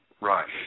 Right